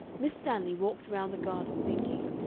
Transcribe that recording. miss stanley walked round the garden thinking,